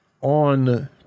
on